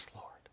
Lord